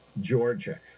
Georgia